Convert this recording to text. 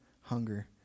hunger